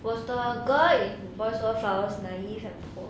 was the girl in boys over flowers naive and poor